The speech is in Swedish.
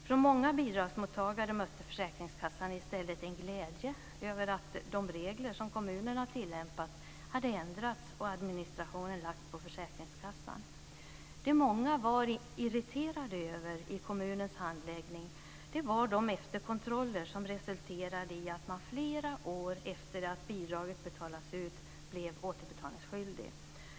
Från många bidragsmottagare mötte försäkringskassan i stället en glädje över att de regler som kommunerna tillämpat hade ändrats och administrationen lagts på försäkringskassan. Det många var irriterade över i kommunens handläggning var de efterkontroller som resulterade i att man flera år efter det att bidraget hade betalats ut blev återbetalningsskyldig.